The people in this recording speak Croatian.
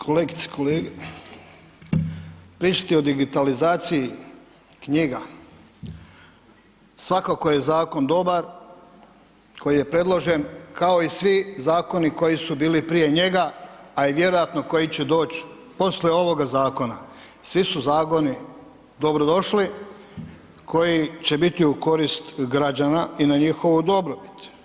Kolegice i kolege, pištite o digitalizaciji knjiga, svakako je zakon dobar koji je predložen, kao i svi zakoni koji su bili prije njega, a i vjerojatno koji će doć posle ovoga zakona, svi su zakoni dobrodošli koji će biti u korist građana i na njihovu dobrobit.